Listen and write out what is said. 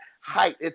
height